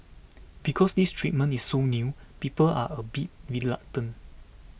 because this treatment is so new people are a bit reluctant